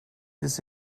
this